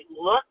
look